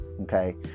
okay